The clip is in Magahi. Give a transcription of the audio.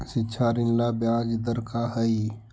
शिक्षा ऋण ला ब्याज दर का हई?